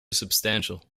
substantial